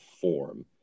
form